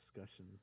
discussion